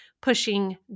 pushing